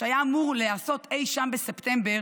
שהיה אמור להיעשות אי שם בספטמבר,